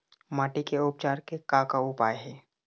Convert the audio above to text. माटी के उपचार के का का उपाय हे?